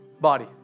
body